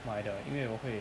买的因为我会